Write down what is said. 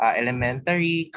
elementary